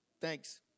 thanks